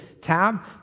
tab